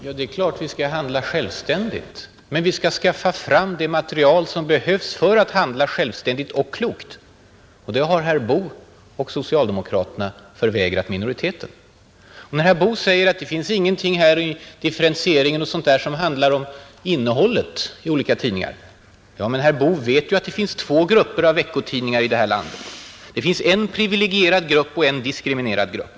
Herr talman! Det är klart att vi skall handla ”självständigt”. Men då skall vi skaffa fram det material som behövs för att vi skall kunna handla självständigt och klokt. Och det har herr Boo och socialdemokraterna förvägrat minoriteten. Herr Boo säger att det finns ingenting i differentieringen som berör ”innehållet” i olika tidningar. Men herr Boo vet ju att det finns två grupper av veckotidningar i det här landet; det finns en privilegierad och en diskriminerad grupp.